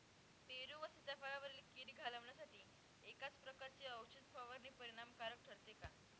पेरू व सीताफळावरील कीड घालवण्यासाठी एकाच प्रकारची औषध फवारणी परिणामकारक ठरते का?